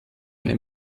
eine